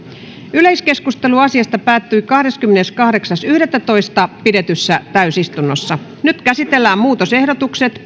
yleiskeskustelu asiasta päättyi kahdeskymmeneskahdeksas yhdettätoista kaksituhattakahdeksantoista pidetyssä täysistunnossa nyt käsitellään muutosehdotukset